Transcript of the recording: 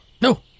No